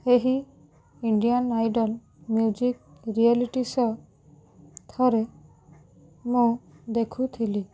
ଏହି Indian idol music reality show ଥରେ ମୁଁ ଦେଖୁଥିଲି